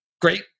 Great